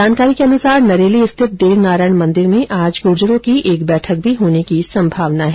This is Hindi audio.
जानकारी के अनुसार नरेली स्थित देवनारायण मन्दिर में आज गुर्जरों की एक बैठक भी होने की संभावना है